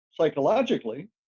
psychologically